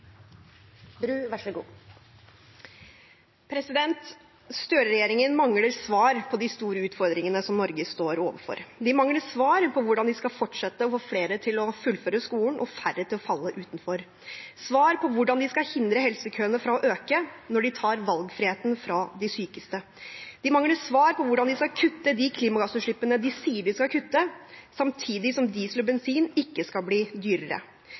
mangler svar på de store utfordringene som Norge står overfor. De mangler svar på hvordan de skal fortsette å få flere til å fullføre skolen og færre til å falle utenfor. De mangler svar på hvordan de skal hindre helsekøene fra å øke når de tar valgfriheten fra de sykeste. De mangler svar på hvordan de skal kutte de klimagassutslippene de sier de skal kutte, samtidig som diesel og bensin ikke skal bli dyrere.